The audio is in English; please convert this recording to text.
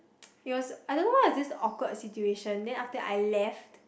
it was I don't know what was this awkward situation then after that I left